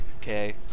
Okay